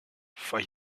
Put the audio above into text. for